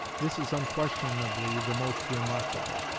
this is unquestionably the most remarkable.